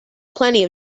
plenty